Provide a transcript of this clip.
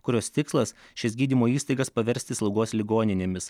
kurios tikslas šias gydymo įstaigas paversti slaugos ligoninėmis